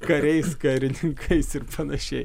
kariais karininkais ir panašiai